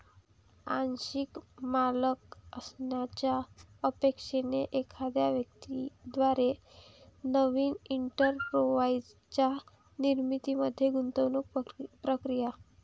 आंशिक मालक असण्याच्या अपेक्षेने एखाद्या व्यक्ती द्वारे नवीन एंटरप्राइझच्या निर्मितीमध्ये गुंतलेली प्रक्रिया